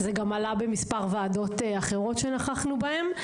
זה גם עלה במספר ועדות אחרות שנכחנו בהן.